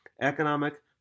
economic